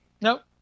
Nope